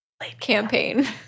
campaign